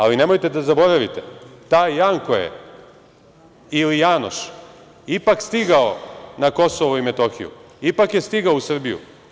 Ali, nemojte da zaboravite, taj Janko je ili Janoš ipak stigao na KiM, ipak je stigao u Srbiju.